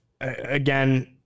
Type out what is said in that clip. Again